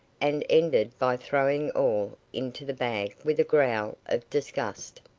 and ended by throwing all into the bag with a growl of disgust.